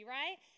right